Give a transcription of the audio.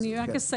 אני רק אסיים,